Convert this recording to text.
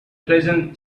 pleasant